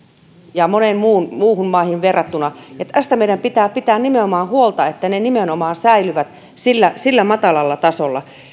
ja myös moniin muihin maihin verrattuna ja nimenomaan tästä meidän pitää pitää huolta että ne säilyvät sillä sillä matalalla tasolla